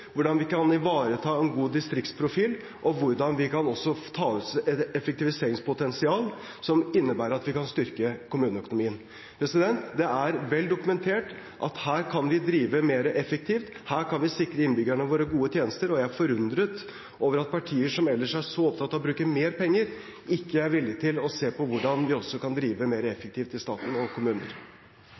hvordan vi kan ivareta en god distriktsprofil, og hvordan vi kan ta ut et effektiviseringspotensial som innebærer at vi kan styrke kommuneøkonomien. Det er vel dokumentert at her kan vi drive mer effektivt, her kan vi sikre innbyggerne våre gode tjenester. Jeg er forundret over at partier som ellers er så opptatt av å bruke mer penger, ikke er villig til å se på hvordan de også kan drive mer effektivt i staten og